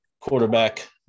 quarterback